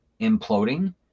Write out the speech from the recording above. imploding